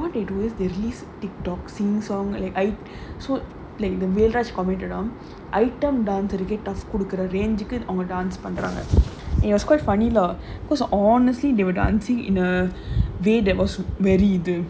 what they do is they least the TikTok scene song like like the velraj commented on item dancer tough கொடுக்கற:kodukkura range அவங்க:avanga dance பண்றாங்க:pandraanga on it it was quite funny lah because honestly they were dancing in a that was very இது:ithu